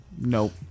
Nope